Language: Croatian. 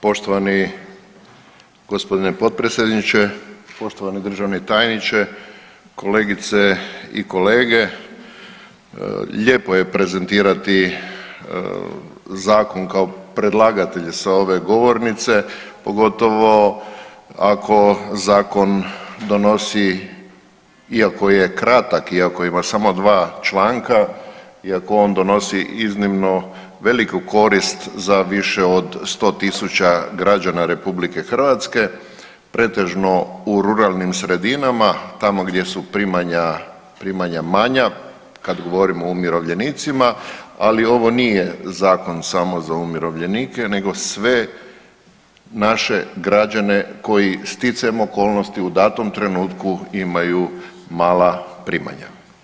Poštovani gospodine potpredsjedniče, poštovani državni tajniče, kolegice i kolege, lijepo je prezentirati zakon kao predlagatelj s ove govornice pogotovo ako zakon donosi iako je kratak, iako ima samo 2 članka i ako on donosi iznimno veliku korist za više od 100.000 građana RH pretežno u ruralnim sredinama tamo gdje su primanja, primanja manja kad govorimo o umirovljenicima, ali ovo nije zakon samo za umirovljenike nego sve naše građane koji sticajem okolnosti u datom trenutku imaju mala primanja.